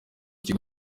kigo